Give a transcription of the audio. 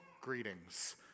greetings